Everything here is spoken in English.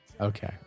okay